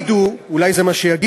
יגידו, אולי זה מה שיגידו,